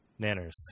Nanners